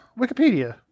Wikipedia